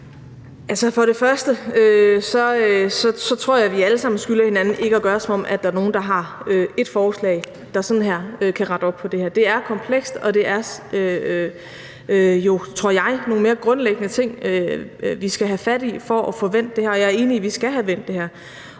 Krag): Altså, jeg tror, vi alle sammen skylder hinanden ikke at lade, som om der er nogen der har ét forslag, der med et fingerknips kan rette op på det her. Det er komplekst, og det er, tror jeg, nogle mere grundlæggende ting, vi skal have fat i for at få vendt det her. Og jeg er enig i, at vi skal have vendt det her.